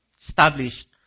established